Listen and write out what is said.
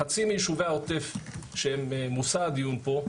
חצי מיישובי העוטף שהם מושא הדיון פה,